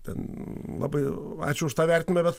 ten labai ačiū už tą vertinimą bet